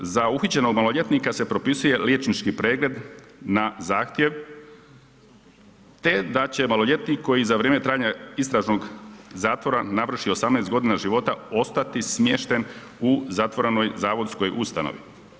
Za uhićenog maloljetnika se propisuje liječnički pregled na zahtjev te da će maloljetnik koji za vrijeme trajanja istražnog zatvora navrši 18 godina života ostati smješten u zatvorenoj zavodskoj ustanovi.